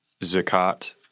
zakat